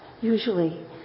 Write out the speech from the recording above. usually